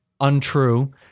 untrue